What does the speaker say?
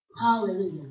Hallelujah